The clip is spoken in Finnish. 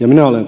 minä olen